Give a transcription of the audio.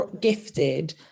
gifted